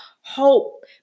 hope